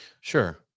Sure